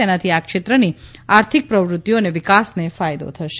તેનાથી આ ક્ષેત્રની આર્થિક પ્રવૃત્તિઓ અને વિકાસને ફાયદો થશે